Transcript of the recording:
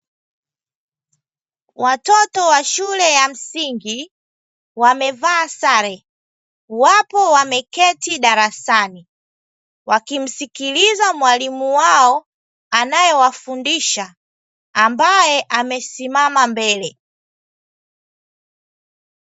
Watoto wa shule ya msingi wamevaa sare wapo wameketi darasani, wakimsikiliza mwalimu wao anayewafundisha ambaye amesimama mbele.